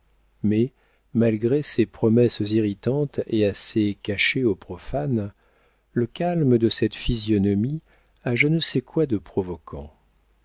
mais malgré ces promesses irritantes et assez cachées aux profanes le calme de cette physionomie a je ne sais quoi de provoquant